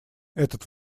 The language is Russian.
этот